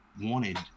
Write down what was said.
wanted